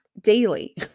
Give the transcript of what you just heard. daily